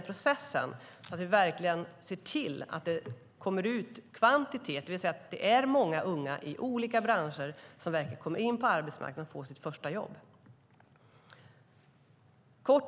Vi ska verkligen se till att det kommer ut kvantitet, det vill säga att många unga i olika branscher kommer in på arbetsmarknaden och får sitt första jobb.